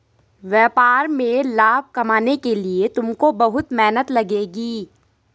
व्यापार में लाभ कमाने के लिए तुमको बहुत मेहनत लगेगी